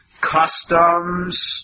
customs